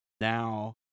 Now